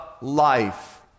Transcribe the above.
life